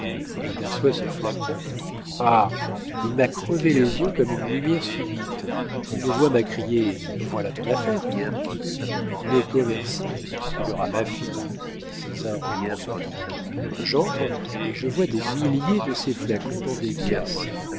j'aperçois ce flacon ah il m'a crevé les yeux comme une lumière subite une voix m'a crié voilà ton affaire né commerçant il aura ma fille dit césar en grommelant j'entre et je vois des milliers de ces flacons dans des caisses